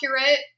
accurate